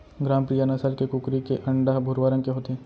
ग्रामप्रिया नसल के कुकरी के अंडा ह भुरवा रंग के होथे